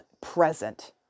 present